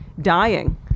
dying